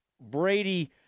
Brady